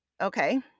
okay